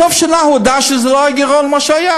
בסוף השנה הוא הודה שזה לא הגירעון שהיה.